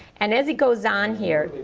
and as he goes on here,